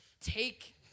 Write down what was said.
take